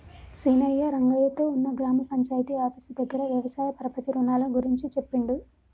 సీనయ్య రంగయ్య తో ఉన్న గ్రామ పంచాయితీ ఆఫీసు దగ్గర వ్యవసాయ పరపతి రుణాల గురించి చెప్పిండు